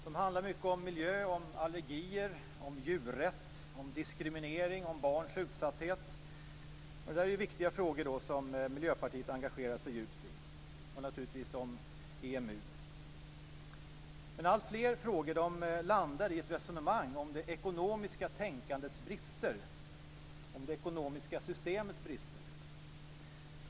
De handlar mycket om miljö, om allergier, om djurrätt, om diskriminering, om barns utsatthet och naturligtvis om EMU. Det är viktiga frågor, som Miljöpartiet engagerar sig djupt i. Men alltfler frågor landar i ett resonemang om det ekonomiska systemets brister.